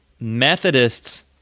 Methodists